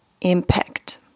impact